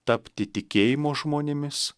tapti tikėjimo žmonėmis